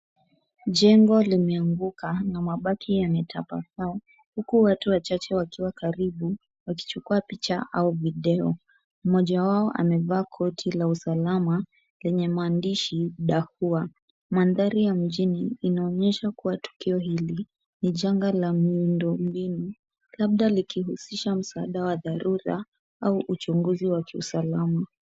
Jengo limeanguka na mabati yametapakaa huku watu wachache wakiwa karibu wakichukua picha au video. Mmoja wao amevaa koti la usalama lenye maandishi dakua. Mandhari ya mjini inaonyesha kuwa hili ni janga la miundo mbinu labda likihusisha msaada wa dharura au uchunguzi wa kiusalama.